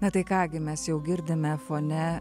na tai ką gi mes jau girdime fone